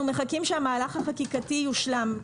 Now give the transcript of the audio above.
אנחנו מחכים שהמהלך החקיקתי יושלם.